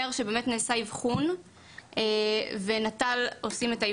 שבאמת נעשה אבחון ונט"ל עושים אותו,